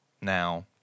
now